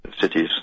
cities